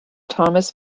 thomas